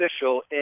official